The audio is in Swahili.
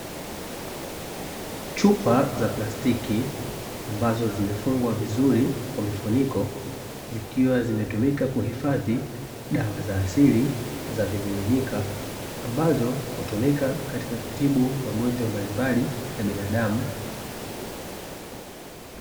Chupa za plastiki ambazo zimefungwa vizuri, kwa mfuniko zikiwa zimetumika kuhifadhi dawa za asili za vimiminika ambazo hutumika kutibu magonjwa mbalimbali ya mwanadamu.